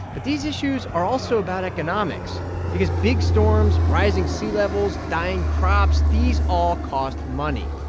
but these issues are also about economics because big storms, rising sea levels, dying crops these all cost money,